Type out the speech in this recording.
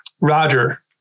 Roger